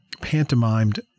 pantomimed